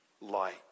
light